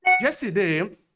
yesterday